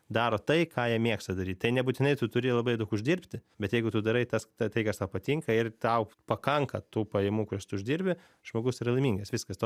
daro tai ką jie mėgsta daryt tai nebūtinai tu turi labai daug uždirbti bet jeigu tu darai tas ta tai kas tau patinka ir tau pakanka tų pajamų kurias tu uždirbi žmogus yra laimingas viskas to